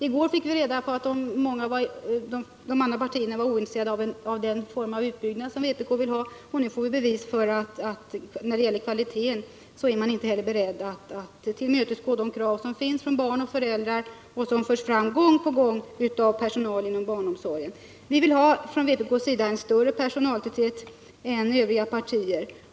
I går fick vi reda på att de andra partierna är ointresserade av den form av utbyggnad som vpk vill ha, och nu får vi bevis för att man inte heller när det gäller kvaliteten är beredd att tillmötesgå de krav som finns hos barn och föräldrar och som gång på gång förs fram från personalen inom barnomsorgen. Vpk vill ha en större personaltäthet än övriga partier.